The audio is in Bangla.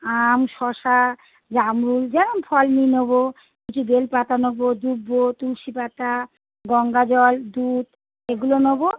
আম শসা জামরুল যেরম ফল নিয়ে নেব কিছু বেল পাতা নেব দূব্বো তুলসী পাতা গঙ্গাজল দুধ এগুলো নেব